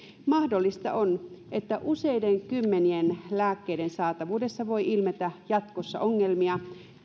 mahdollista on että useiden kymmenien lääkkeiden saatavuudessa voi ilmetä jatkossa ongelmia